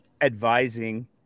advising